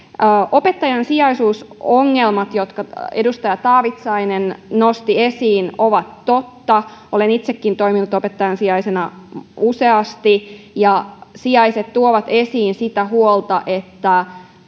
opettajan sijaisuusongelmat jotka edustaja taavitsainen nosti esiin ovat totta olen itsekin toiminut opettajan sijaisena useasti sijaiset tuovat esiin sitä huolta että